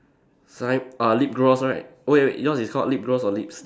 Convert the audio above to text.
shine uh lip gloss right wait wait yours is called lip gloss or lipstick